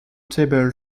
table